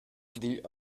digl